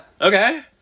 Okay